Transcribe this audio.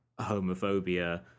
homophobia